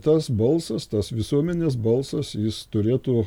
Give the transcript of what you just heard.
tas balsas tas visuomenės balsas jis turėtų